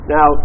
Now